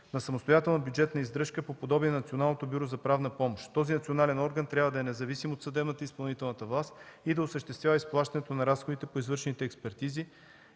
на самостоятелна бюджетна издръжка по подобие на Националното бюро за правна помощ. Този национален орган трябва да е независим от съдебната и изпълнителната власт и да осъществява изплащането на разходите по извършените експертизи